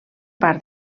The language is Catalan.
part